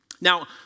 Now